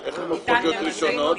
אז איך הן הופכות להיות ראשונות?